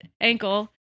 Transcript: ankle